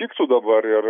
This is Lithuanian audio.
tiktų dabar ir